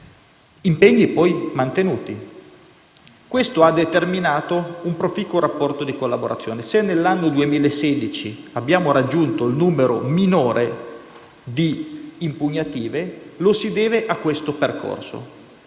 poi stati mantenuti. Questo ha determinato un proficuo rapporto di collaborazione. Se nell'anno 2016 abbiamo raggiunto il numero minore di impugnative lo si deve a questo percorso.